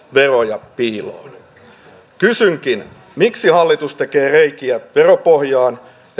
veroja piiloon kysynkin miksi hallitus tekee reikiä veropohjaan